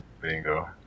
Bingo